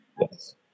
Yes